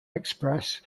express